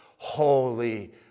Holy